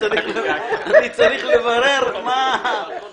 אי-אפשר לתת אזהרה ברב-קו אנונימי.